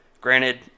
granted